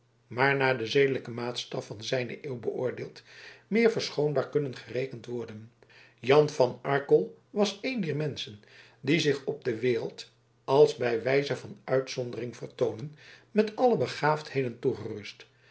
maar naar den zedelijken maatstaf van zijne eeuw beoordeeld meer verschoonbaar kunnen gerekend worden jan van arkel was een dier menschen die zich op de wereld als bij wijze van uitzondering vertoonen met alle begaafdheden toegerust